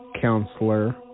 counselor